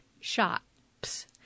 shops